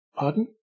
Pardon